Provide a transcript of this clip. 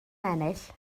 ennill